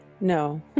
no